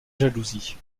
jalousie